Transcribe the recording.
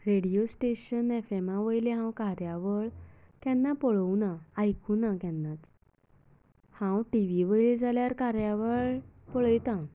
radio station F एमा वयली हांव कार्यावळ केन्ना पळोवंक ना आयकुना केन्नाच हांव टिवी वयर जाल्यार कार्यावळ पळयतां